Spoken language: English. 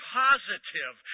positive